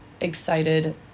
excited